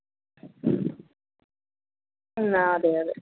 എന്നാൽ അതെ അതെ